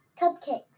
Cupcakes